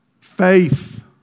faith